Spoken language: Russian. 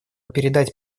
передать